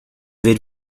wird